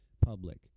public